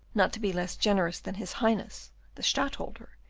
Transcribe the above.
not to be less generous than his highness the stadtholder,